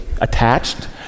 attached